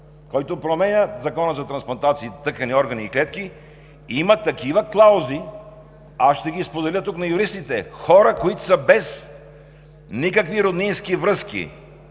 който променя Закона за трансплантация на органи, тъкани и клетки, има такива клаузи – аз ще ги споделя на юристите – хора, които са без никакви роднински връзки,